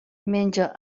menja